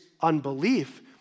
unbelief